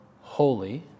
holy